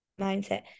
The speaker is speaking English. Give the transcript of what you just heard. mindset